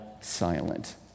silent